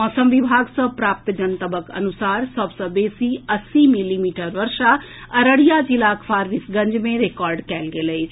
मौसम विभाग सॅ प्राप्त जनतबक अनुसार सभ सॅ बेसी अस्सी मिलीमीटर वर्षा अररिया जिलाक फारबिसगंज मे रिकॉर्ड कयल गेल अछि